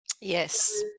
Yes